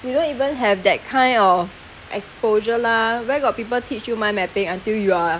we don't even have that kind of exposure lah where got people teach you mind mapping until you are